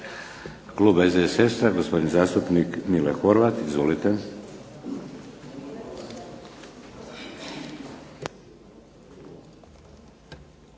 Klub SDSS-a, gospodin zastupnik Mile Horvat, izvolite.